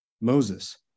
Moses